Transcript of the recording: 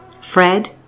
Fred